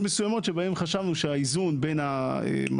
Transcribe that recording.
מסכימה לוותר גם על דרישה